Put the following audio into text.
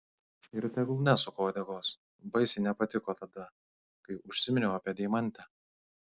ir tegul nesuka uodegos baisiai nepatiko tada kai užsiminiau apie deimantę